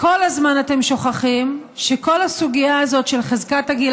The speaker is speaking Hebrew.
כל הזמן אתם שוכחים שכל הסוגיה הזאת של חזקת הגיל